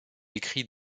écrit